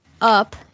up